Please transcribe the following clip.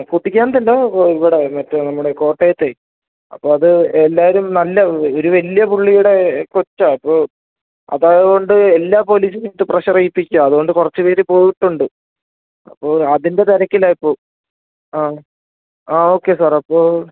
കുട്ടിക്കാനത്തെല്ലാ ഇവിടെ മറ്റേ നമ്മുടെ കോട്ടയത്തെ അപ്പോൾ അത് എല്ലാവരും നല്ല ഒരു വലിയ പുള്ളിയുടെ കൊച്ചാണ് അപ്പോൾ അതായത് കൊണ്ട് എല്ലാ പോലീസിനെയും ഇട്ട് പ്രെഷർ ചെയ്യിപ്പിക്കുകയാണ് അതുകൊണ്ട് കുറച്ചു പേര് പോയിട്ടുണ്ട് അപ്പോൾ അതിന്റെ തിരക്കിലാണ് ഇപ്പോൾ ആ ആ ഓക്കേ സാർ അപ്പോൾ